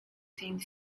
same